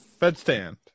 bedstand